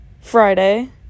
Friday